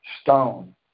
stone